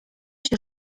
się